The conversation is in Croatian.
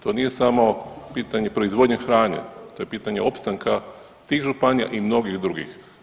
To nije samo pitanje proizvodnje hrane, to je pitanje opstanka tih županija i mnogih drugih.